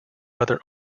other